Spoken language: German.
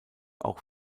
auch